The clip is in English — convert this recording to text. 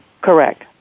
Correct